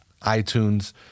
iTunes